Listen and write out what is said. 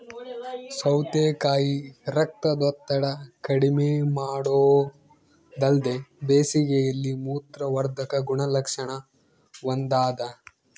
ಸೌತೆಕಾಯಿ ರಕ್ತದೊತ್ತಡ ಕಡಿಮೆಮಾಡೊದಲ್ದೆ ಬೇಸಿಗೆಯಲ್ಲಿ ಮೂತ್ರವರ್ಧಕ ಗುಣಲಕ್ಷಣ ಹೊಂದಾದ